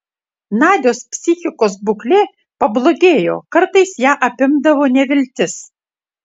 nadios psichikos būklė pablogėjo kartais ją apimdavo neviltis